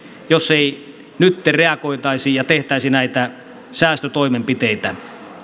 jos ei nyt reagoitaisi ja tehtäisi näitä säästötoimenpiteitä